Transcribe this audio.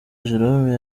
jérôme